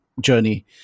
journey